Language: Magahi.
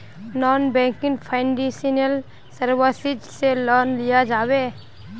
नॉन बैंकिंग फाइनेंशियल सर्विसेज से लोन लिया जाबे?